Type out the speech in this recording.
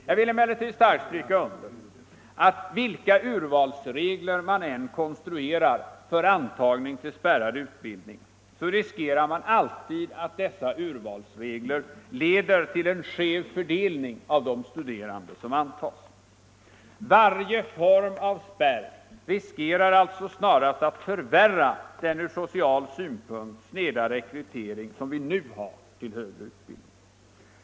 Jag vill emellertid starkt stryka under att vilka urvalsregler man än konstruerar för antagning till spärrad utbildning så riskerar man att dessa urvalsregler leder till en skev fördelning av de studerande som antas. Varje form av spärr riskerar alltå att snarast förvärra den ur social synpunkt sneda rekrytering som vi nu har till högre utbildning.